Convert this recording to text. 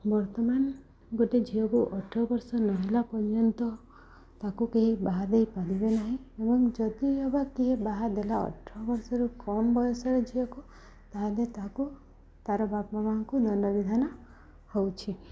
ବର୍ତ୍ତମାନ ଗୋଟେ ଝିଅକୁ ଅଠର ବର୍ଷ ନହେଲା ପର୍ଯ୍ୟନ୍ତ ତାକୁ କେହି ବାହା ଦେଇ ପାରିବେ ନାହିଁ ଏବଂ ଯଦିବା କେହି ବାହା ଦେଲା ଅଠର ବର୍ଷରୁ କମ୍ ବୟସରେ ଝିଅକୁ ତାହେଲେ ତାକୁ ତାର ବାପା ମା'ଙ୍କୁ ଦଣ୍ଡ ବିିଧାନ ହେଉଛି